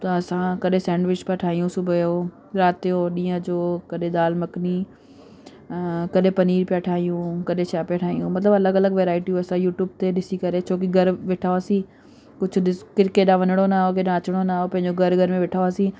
त असां कॾहिं सैंडविच पिया ठाहियूं सुबुह जो राति जो ॾींहं जो कॾहिं दाल मखनी कॾहिं पनीर पिया ठाहियूं कॾहिं छा पिया ठाहियूं मतिलबु अलॻि अलॻि वैराइटियूं असां यूट्यूब ते ॾिसी करे छो की घरु वेठासीं कुझु ॾिस केॾांहं वञिणो न हो केॾांहं अचिणो न हो पंहिंजो घर घर में वेठा हुयासीं